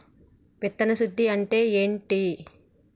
విత్తన శుద్ధి అంటే ఏంటి?